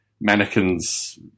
mannequins